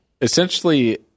Essentially